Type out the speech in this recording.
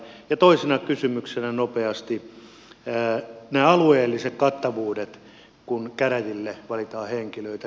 ja toisena kysymyksenä nopeasti näistä alueellisista kattavuuksista kun käräjille valitaan henkilöitä